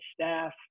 staff